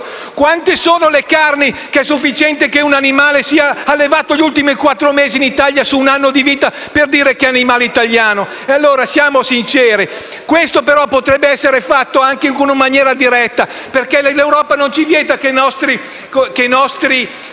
Quante sono le carni per cui è sufficiente che un animale sia allevato gli ultimi quattro mesi in Italia (su un anno di vita) per dire che sono carni italiane? Siamo sinceri. Questo potrebbe essere fatto in maniera diretta, perché l'Europa non vieta che le nostre